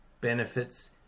benefits